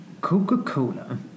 Coca-Cola